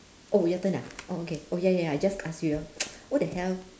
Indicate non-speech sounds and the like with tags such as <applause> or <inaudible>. oh your turn ah oh okay oh ya ya I just asked you hor <noise> what the hell